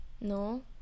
No